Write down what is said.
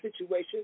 situation